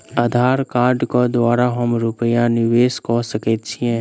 आधार कार्ड केँ द्वारा हम रूपया निवेश कऽ सकैत छीयै?